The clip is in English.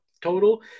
total